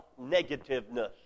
negativeness